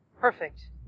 Perfect